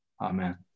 Amen